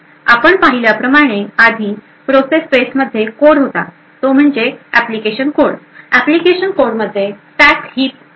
आपण पाहिल्याप्रमाणे आधी प्रोसेस स्पेस मध्ये कोड होता तो म्हणजे ऍप्लिकेशन कोड ऍप्लिकेशन कोडमध्ये स्टॅक हीप होते